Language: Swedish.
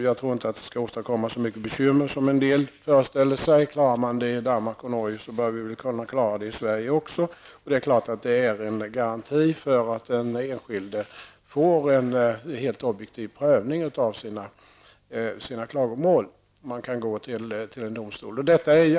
Jag tror inte att det skulle åstadkomma så mycket bekymmer som en del föreställer sig; klarar man det i Danmark och Norge bör vi kunna klara det i Sverige också. Det är klart att det är en garanti för att den enskilde får en helt objektiv prövning av sina klagomål om han kan gå till domstol.